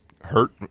Hurt